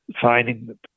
finding